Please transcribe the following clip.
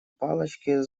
палочки